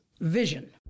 Vision